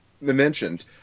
mentioned